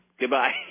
Goodbye